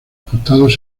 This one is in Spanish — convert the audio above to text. costados